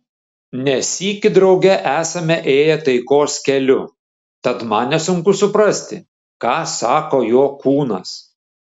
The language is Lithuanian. ne sykį drauge esame ėję taikos keliu tad man nesunku suprasti ką sako jo kūnas